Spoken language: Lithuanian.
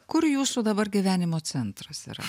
kur jūsų dabar gyvenimo centras yra